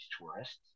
tourists